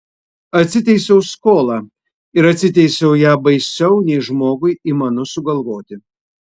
atsiteisiau skolą ir atsiteisiau ją baisiau nei žmogui įmanu sugalvoti